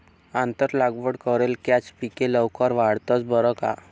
आंतर लागवड करेल कॅच पिके लवकर वाढतंस बरं का